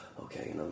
okay